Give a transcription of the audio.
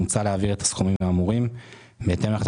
מוצע להעביר את הסכומים האמורים בהתאם להחלטות